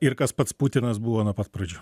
ir kas pats putinas buvo nuo pat pradžių